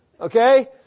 Okay